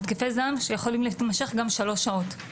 התקפי זעם שיכולים גם להתמשך גם שלוש שעות.